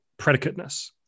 predicateness